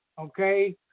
Okay